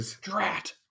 drat